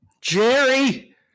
Jerry